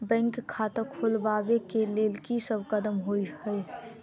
Bank खाता खोलबाबै केँ लेल की सब कदम होइ हय?